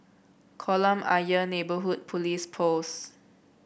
Kolam Ayer Neighbourhood Police Post